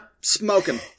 smoking